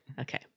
Okay